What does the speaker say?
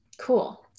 Cool